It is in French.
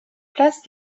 place